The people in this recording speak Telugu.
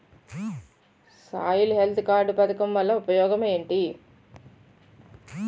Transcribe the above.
సాయిల్ హెల్త్ కార్డ్ పథకం వల్ల ఉపయోగం ఏంటి?